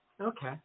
Okay